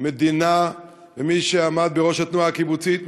המדינה ומי שעמד בראש התנועה הקיבוצית,